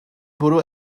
bwrw